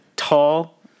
Tall